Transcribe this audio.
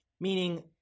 Meaning